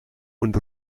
und